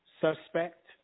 suspect